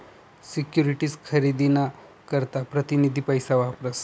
securities खरेदी ना करता प्रतीनिधी पैसा वापरतस